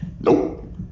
Nope